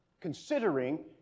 considering